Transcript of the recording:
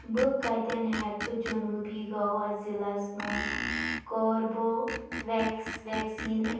بہٕ کَتٮ۪ن ہٮ۪کہٕ جنوٗبی گوٚوا ضِلعس منٛز کاربو وٮ۪کٕس وٮ۪کسیٖن أنۍ